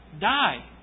die